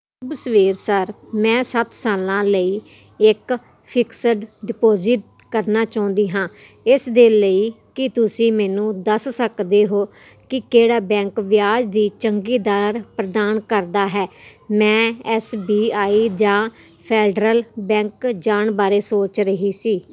ਸ਼ੁਭ ਸਵੇਰ ਸਾਰ ਮੈਂ ਸੱਤ ਸਾਲਾਂ ਲਈ ਇੱਕ ਫਿਕਸਡ ਡਿਪੋਜ਼ਿਟ ਕਰਨਾ ਚਾਹੁੰਦੀ ਹਾਂ ਇਸਦੇ ਲਈ ਕੀ ਤੁਸੀਂ ਮੈਨੂੰ ਦੱਸ ਸਕਦੇ ਹੋ ਕਿ ਕਿਹੜਾ ਬੈਂਕ ਵਿਆਜ ਦੀ ਚੰਗੀ ਦਰ ਪ੍ਰਦਾਨ ਕਰਦਾ ਹੈ ਮੈਂ ਐੱਸ ਬੀ ਆਈ ਜਾਂ ਫੈਡਰਲ ਬੈਂਕ ਜਾਣ ਬਾਰੇ ਸੋਚ ਰਹੀ ਸੀ